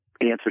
answer